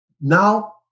now